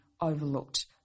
overlooked